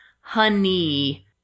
Honey